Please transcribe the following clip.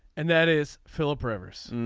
and that is philip rivers and